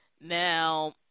Now